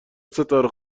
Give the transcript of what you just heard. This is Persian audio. ستاره